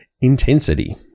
intensity